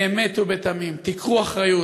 באמת ובתמים, תיקחו אחריות.